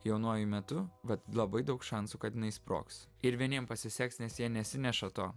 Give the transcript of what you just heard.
jaunuoju metu vat labai daug šansų kad jinai sprogs ir vieniem pasiseks nes jie nesineša to